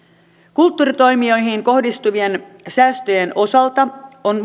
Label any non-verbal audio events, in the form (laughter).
kulttuuritoimijoihin kohdistuvien säästöjen osalta on (unintelligible)